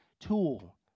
tool